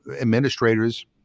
administrators